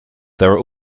are